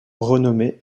renommé